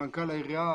מנכ"ל העירייה,